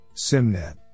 SIMNET